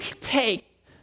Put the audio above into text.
take